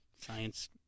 Science